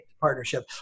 partnership